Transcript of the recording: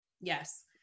Yes